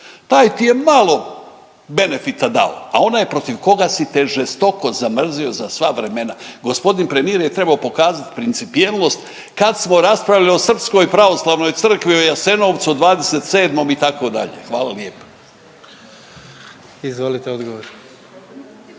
taj ti je malo benefita dao, a onaj protiv koga si te žestoko zamrzio za sva vremena. Gospodin premijer je trebao pokazati principijelnost kad smo raspravljali o srpskoj pravoslavnoj crkvi u Jasenovcu, o dvadeset i sedmom itd. Hvala lijepo. **Jandroković,